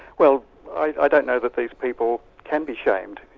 well i don't know that these people can be shamed,